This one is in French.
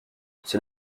c’est